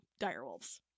direwolves